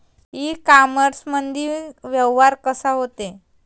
इ कामर्समंदी व्यवहार कसा होते?